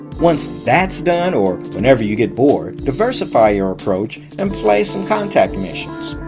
once that's done or whenever you get bored, diversify your approach and play some contact missions.